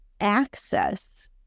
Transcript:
access